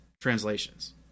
translations